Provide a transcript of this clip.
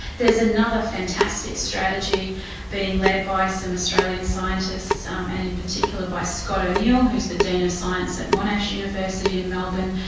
there is another fantastic strategy being led by some australian scientists um and in particular by scott o'neill who is the dean of science at monash university in melbourne,